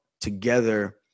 together